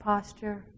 posture